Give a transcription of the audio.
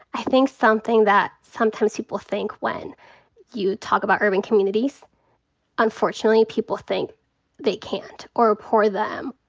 i think something that sometimes people think when you talk about urban communities unfortunately people think they can't or poor them.